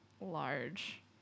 large